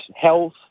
health